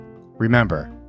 Remember